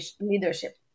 leadership